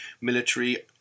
military